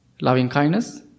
Loving-kindness